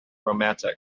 romantic